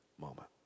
moment